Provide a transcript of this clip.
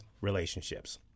relationships